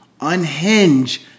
unhinge